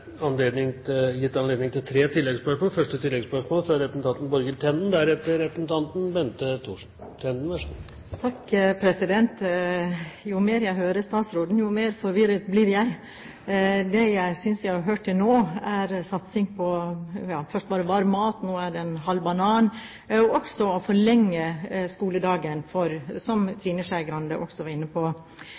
tre oppfølgingsspørsmål – først Borghild Tenden. Jo mer jeg hører på statsråden, jo mer forvirret blir jeg. Det jeg synes jeg har hørt til nå, var først bare satsing på mat, nå er det en halv banan, og også å forlenge skoledagen – som Trine Skei Grande også var inne på.